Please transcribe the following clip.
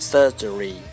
Surgery